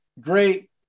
great